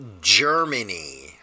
Germany